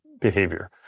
behavior